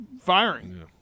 firing